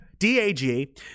d-a-g